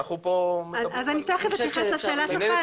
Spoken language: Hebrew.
אני תיכף אתייחס לשאלה שלך,